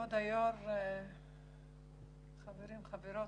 כבוד היו"ר, חברים, חברות.